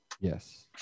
Yes